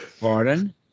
pardon